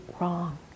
wrong